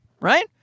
right